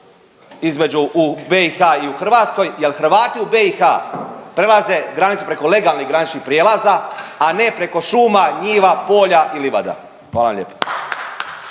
između, u BiH i u Hrvatskoj jer Hrvati u BiH prelaze granicu preko legalnih graničnih prijelaza, a ne preko šuma, njiva, polja i livada. Hvala vam lijepo.